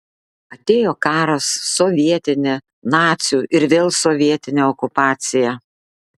atėjo karas sovietinė nacių ir vėl sovietinė okupacija